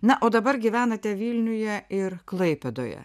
na o dabar gyvenate vilniuje ir klaipėdoje